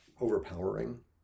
overpowering